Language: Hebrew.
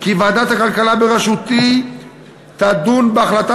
כי ועדת הכלכלה בראשותי תדון בהחלטה